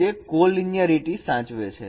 તે collinearity સાચવે છે